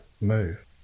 move